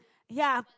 ya